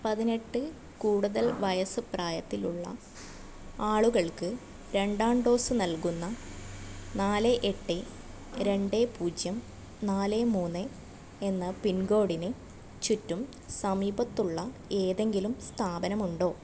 പതിനെട്ട് കൂടുതൽ വയസ്സ് പ്രായത്തിലുള്ള ആളുകൾക്ക് രണ്ടാം ഡോസ് നൽകുന്ന നാല് എട്ട് രണ്ട് പൂജ്യം നാല് മൂന്ന് എന്ന പിൻകോഡിന് ചുറ്റും സമീപത്തുള്ള ഏതെങ്കിലും സ്ഥാപനമുണ്ടോ